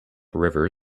river